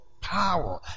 power